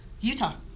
Utah